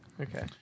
Okay